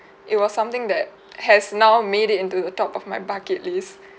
it was something that has now made it into the top of my bucket list